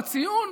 בציון,